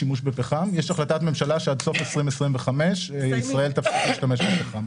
יש החלטת ממשלה שעד סוף 2025 ישראל תפסיק להשתמש בפחם.